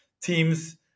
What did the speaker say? teams